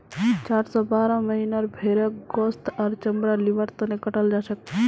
चार स बारह महीनार भेंड़क गोस्त आर चमड़ा लिबार तने कटाल जाछेक